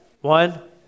One